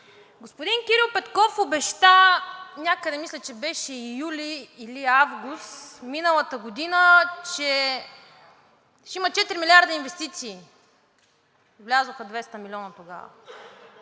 Господин Кирил Петков обеща някъде, мисля, че беше юли или август миналата година, че ще има 4 милиарда инвестиции. Влязоха 200 милиона тогава.